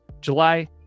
July